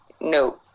No